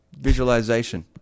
visualization